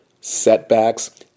setbacks